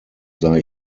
sei